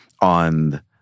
on